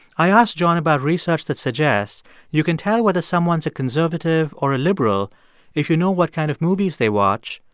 i asked john about research that suggests you can tell whether someone's a conservative or a liberal if you know what kind of movies they watch,